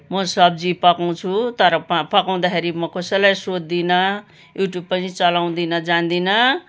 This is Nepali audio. म सब्जी पकाउँछु तर पकाउँदाखेरि म कसैलाई सोद्धिनँ युट्युब पनि चलाउँदिनँ जान्दिनँ